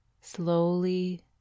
slowly